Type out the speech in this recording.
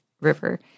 river